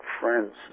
friends